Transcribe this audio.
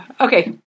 Okay